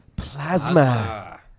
Plasma